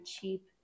cheap